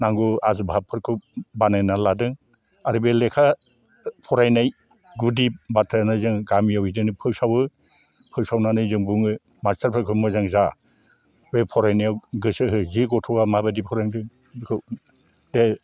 नांगौ जा भाबफोरखौ बानायना लादों आरो बे लेखा फरायनाय गुदि बाथ्रायानो जों गामियाव बिदिनो फोसावो फोसावनानै जों बुङो मास्टारफोरखौ मोजां जा बे फरायनायाव गोसो हो जे गथ'आ माबायदि फोरोदों बेखौ दे